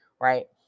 right